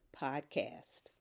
podcast